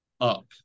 up